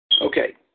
Okay